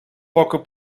poco